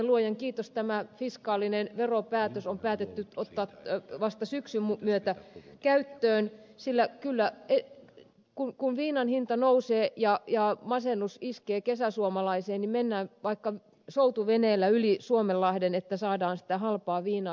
luojan kiitos tämä fiskaalinen veropäätös on päätetty ottaa vasta syksyn myötä käyttöön sillä kyllä kun viinan hinta nousee ja masennus iskee kesäsuomalaiseen niin mennään vaikka soutuveneellä yli suomenlahden että saadaan sitä halpaa viinaa